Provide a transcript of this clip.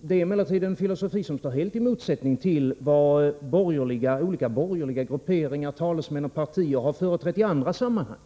Det är emellertid en filosofi som står helt i motsättning till vad olika borgerliga grupperingar, talesmän och partier har uttalat i andra sammanhang.